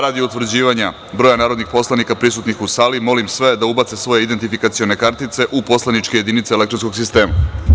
Radi utvrđivanja broja narodnih poslanika prisutnih u sali, molim sve da ubace svoje identifikacione kartice u poslaničke jedinice elektronskog sistema.